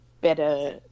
better